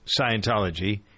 Scientology